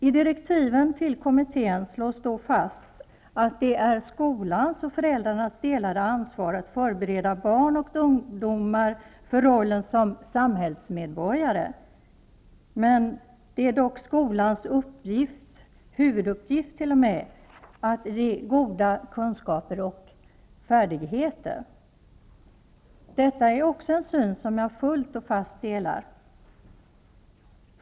I direktiven till läroplanskommittén slås det fast att det är skolans och föräldrarnas delade ansvar att förbereda barn och ungdomar för rollen som samhällsmedborgare. Dock är det skolans huvuduppgift att ge goda kunskaper och färdigheter. Detta är också en syn jag fullt och fast delar.